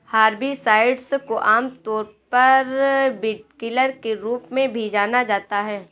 herbicides को आमतौर पर वीडकिलर के रूप में भी जाना जाता है